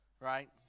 right